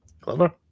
clever